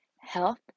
health